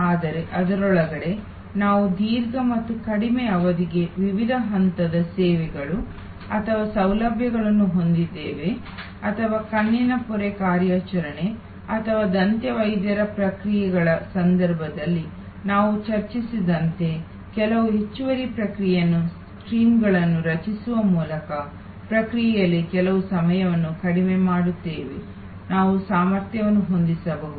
ಆದರೆ ಅದರೊಳಗೆ ನಾವು ದೀರ್ಘ ಮತ್ತು ಕಡಿಮೆ ಅವಧಿಗೆ ವಿವಿಧ ಹಂತದ ಸೇವೆಗಳು ಅಥವಾ ಸೌಲಭ್ಯಗಳನ್ನು ಹೊಂದಿದ್ದೇವೆ ಅಥವಾ ಕಣ್ಣಿನ ಪೊರೆ ಕಾರ್ಯಾಚರಣೆ ಅಥವಾ ದಂತವೈದ್ಯರ ಪ್ರಕ್ರಿಯೆಗಳ ಸಂದರ್ಭದಲ್ಲಿ ನಾವು ಚರ್ಚಿಸಿದಂತೆ ಕೆಲವು ಹೆಚ್ಚುವರಿ ಪ್ರಕ್ರಿಯೆಯ ಸ್ಟ್ರೀಮ್ಗಳನ್ನು ರಚಿಸುವ ಮೂಲಕ ಪ್ರಕ್ರಿಯೆಯಲ್ಲಿ ಕಳೆಯುವ ಸಮಯವನ್ನು ಕಡಿಮೆ ಮಾಡುತ್ತೇವೆ ನಾವು ಸಾಮರ್ಥ್ಯವನ್ನು ಹೊಂದಿಸಬಹುದು